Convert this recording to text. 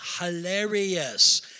hilarious